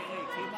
איפה מלכיאלי?